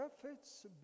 Prophets